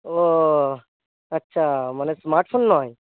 ও আচ্ছা মানে স্মার্টফোন নয়